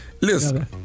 Listen